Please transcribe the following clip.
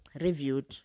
reviewed